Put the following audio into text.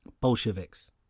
Bolsheviks